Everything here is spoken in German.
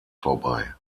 vorbei